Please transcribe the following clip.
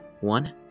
One